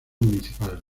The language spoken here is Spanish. municipal